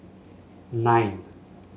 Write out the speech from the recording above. nine